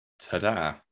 Ta-da